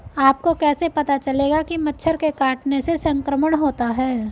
आपको कैसे पता चलेगा कि मच्छर के काटने से संक्रमण होता है?